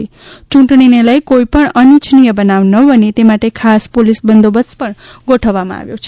યૂંટણીને લઇ કોઇપણ અનિચ્છનીય બનાવ ન બને તે માટે ખાસ પોલીસ બંદોબસ્ત પણ ગોઠવવામાં આવ્યો છે